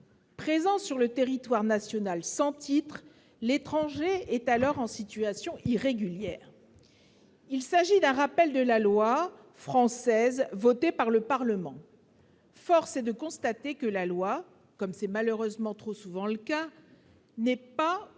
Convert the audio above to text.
Présent sur le territoire national centilitres l'étranger est alors en situation irrégulière, il s'agit d'un rappel de la loi française votée par le Parlement, force est de constater que la loi, comme c'est malheureusement trop souvent le cas n'est pas